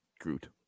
Groot